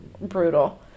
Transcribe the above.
brutal